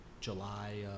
July